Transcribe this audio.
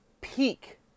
peak